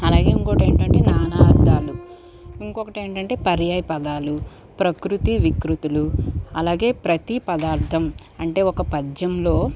అలాగే ఇంకోటి ఏంటంటే నానార్థాలు ఇంకొకటి ఏంటంటే పర్యాయపదాలు ప్రకృతి వికృతులు అలాగే ప్రతి పదార్థం అంటే ఒక పద్యంలో